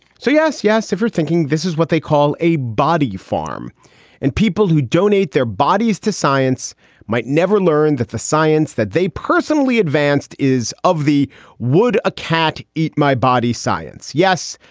so, yes, yes. if you're thinking this is what they call a body farm and people who donate their bodies to science might never learn that the science that they personally advanced is of the would a cat eat my body science? yes,